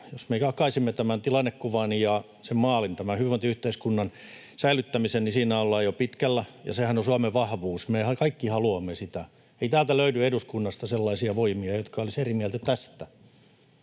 Jos me jaamme tämän tilannekuvan ja sen maalin, tämän hyvinvointiyhteiskunnan säilyttämisen, niin siinä ollaan jo pitkällä, ja sehän on Suomen vahvuus. Me kaikkihan haluamme sitä. Ei täältä eduskunnasta löydy sellaisia voimia, jotka olisivat eri mieltä tästä,